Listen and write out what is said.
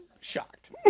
Shocked